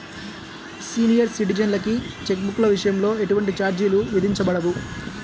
senior సిటిజన్లకి cheque బుక్ల విషయంలో ఎటువంటి ఛార్జీలు విధించబడవు